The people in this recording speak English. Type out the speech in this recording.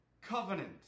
covenant